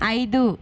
ఐదు